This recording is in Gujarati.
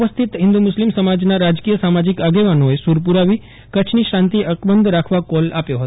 ઉપસ્થિત હિન્દ મુસ્લિમ સમાજના રાજકીય સામાજિક આગેવાનોએ સૂર પુરાવી કચ્છની શાંતિ અકબંધ રાખવા કોલ આપ્યો હતો